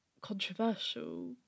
controversial